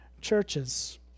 churches